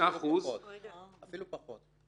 5%. אפילו פחות.